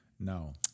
No